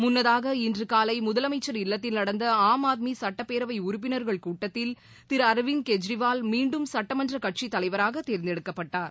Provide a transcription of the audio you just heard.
முன்னதாக இன்று காலை முதலமைச்சர் இல்லத்தில் நடந்த ஆம் ஆத்மி சுட்டப் பேரவை உறுப்பினர்கள் கூட்டத்தில் திரு அரவிந்த் கெஜ்ரிவால் மீண்டும் சுட்டமன்ற கட்சித் தலைவராக தேர்ந்தெடுக்கப்பட்டார்